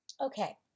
Okay